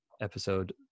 episode